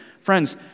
Friends